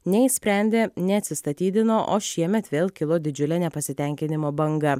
neišsprendė neatsistatydino o šiemet vėl kilo didžiulė nepasitenkinimo banga